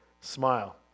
smile